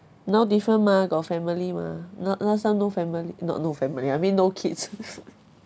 now different mah got family mah la~ last time no family not no family I mean no kids